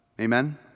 Amen